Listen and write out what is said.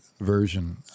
version